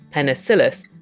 penicillus,